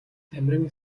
дамиран